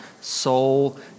soul